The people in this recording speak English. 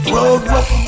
Road